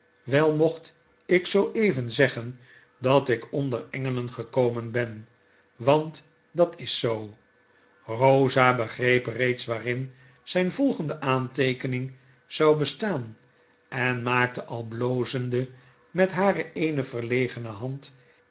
wel mocht ik zoo even zeggen dat ik onder engelen gekomen ben want dat is zoo rosa begreep reeds waarin zyn volgende aanteekening zou bestaan en maakte al blozende met hare eene verlegene hand